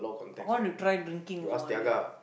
I want to try drinking also one day